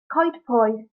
coedpoeth